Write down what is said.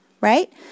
right